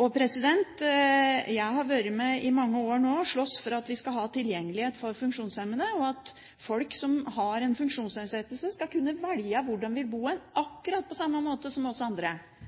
Jeg har vært med i mange år nå å slåss for at vi skal ha tilgjengelighet for funksjonshemmede, at folk som har en funksjonsnedsettelse, skal kunne velge hvor de vil bo, akkurat på samme måte som vi andre.